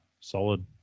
solid